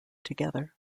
together